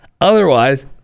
Otherwise